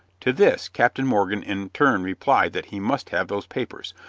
to this captain morgan in turn replied that he must have those papers,